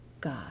God